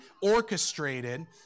orchestrated